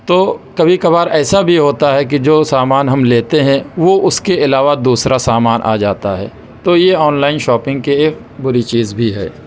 تو کبھی کبھار ایسا بھی ہوتا ہے کہ جو سامان ہم لیتے ہیں وہ اس کے علاوہ دوسرا سامان آ جاتا ہے تو یہ آن لائن شاپنگ کے ایک بری چیز بھی ہے